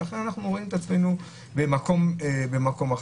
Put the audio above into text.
ואנחנו רואים את עצמנו במקום אחר.